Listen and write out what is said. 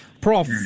Prof